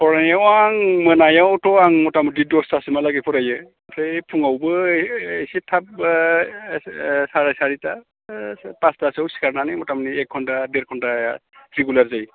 फरायनायाव आं मोनायावथ' आं मटा मटि दसथा सिमहालागै फरायो ओमफ्राय फुंआवबो एसे थाब साराय सारिथा फासथासोआव सिखारनानै मटा मटि एक घन्टा देर घन्थाया रेगुलार जायो